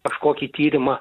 kažkokį tyrimą